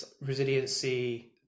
resiliency